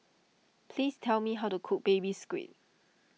please tell me how to cook Baby Squid